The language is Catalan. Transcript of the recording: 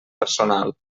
personal